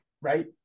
Right